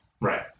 Right